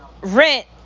rent